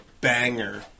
banger